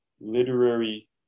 literary